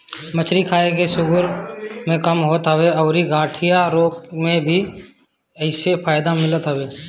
मछरी खाए से शुगर भी कम होत हवे अउरी गठिया रोग में भी एसे फायदा मिलत हवे